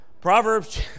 Proverbs